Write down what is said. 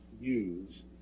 Use